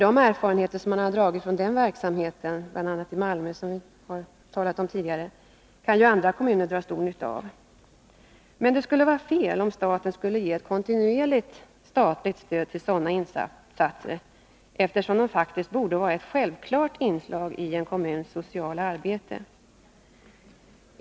De erfarenheter som man har dragit från den verksamheten — bl.a. i Malmö, som det har talats om tidigare — kan ju andra kommuner dra stor nytta av. Men det skulle vara fel om staten skulle ge ett kontinuerligt statligt stöd till sådana insatser, eftersom de faktiskt borde vara ett självklart inslag i en kommuns sociala arbete.